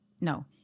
no